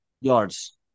yards